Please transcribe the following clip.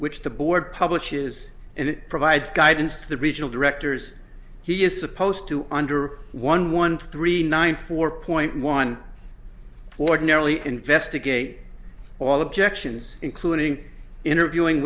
which the board publishes and it provides guidance to the regional directors he is supposed to under one one three nine four point one ordinarily investigate all objections including interviewing